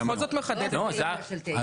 אנחנו רוצים לחזק את סעיף 9 הנוכחי,